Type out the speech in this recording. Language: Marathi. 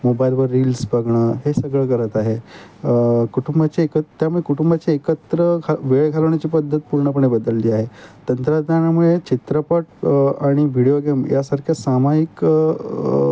मो मोबाईलवर रील्स बघणं हे सगळं करत आहे कुटुंबाचे एकत्र त्यामुळे कुटुंबाचे एकत्र घा वेळ घालवण्याची पद्धत पूर्णपणे बदलली आहे तंत्रज्ञानामुळे चित्रपट आणि व्हिडिओ गेम यासारख्या सामाईक